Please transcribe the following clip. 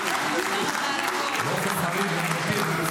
באופן חריג אני מתיר.